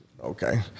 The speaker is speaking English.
Okay